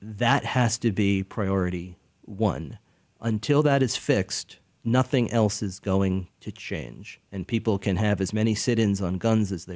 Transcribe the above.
that has to be priority one until that is fixed nothing else is going to change and people can have as many sit ins on guns as they